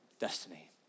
destiny